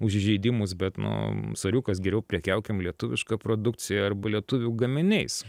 už įžeidimus bet nu soriukas geriau prekiaukim lietuviška produkcija arba lietuvių gaminiais